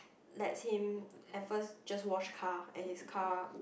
let him at first just wash car and his car